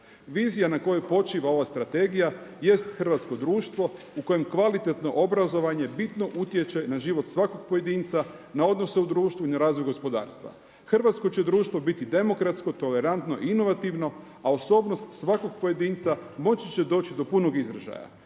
Vizija na kojoj počiva ova strategija jest hrvatsko društvo u kojem kvalitetno obrazovanje bitno utječe na život svakog pojedinca, na odnose u društvu i na razvoj gospodarstva. Hrvatsko će društvo biti demokratsko, tolerantno i inovativno a osobnost svakog pojedinca moći će doći do punog izražaja.